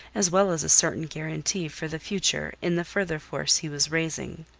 as well as a certain guarantee for the future in the further force he was raising.